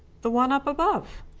the one up above.